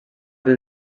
del